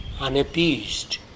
unappeased